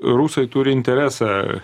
rusai turi interesą